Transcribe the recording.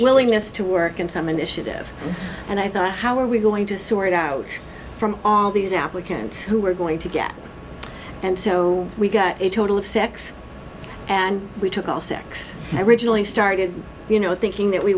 willingness to work and some initiative and i thought how are we going to sort out from all these applicants who are going to get and so we got a total of six and we took all six i originally started you know thinking that we